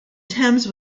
thames